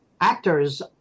actors